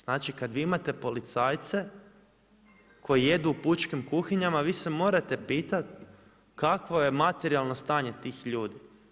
Znači kada vi imate policajce koji jedu u pučkim kuhinjama vi se morate pitati kakvo je materijalno stanje tih ljudi.